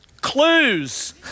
clues